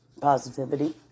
positivity